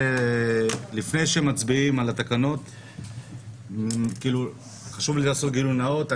לפני שמצביעים על התקנות חשוב לי לעשות גילוי נאות.